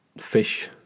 fish